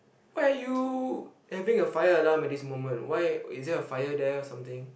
why are you having a fire alarm at this moment why is there a fire there or something